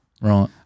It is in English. Right